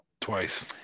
twice